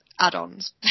Add-ons